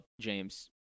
James